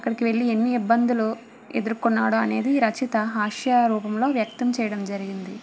అక్కడికి వెళ్లి ఎన్ని ఇబ్బందులు ఎదుర్కొన్నారు అనేది రచయిత హాస్య రూపంలో వ్యక్తం చేయడం జరిగింది